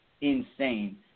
insane